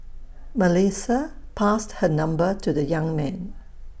Melissa passed her number to the young man